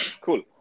Cool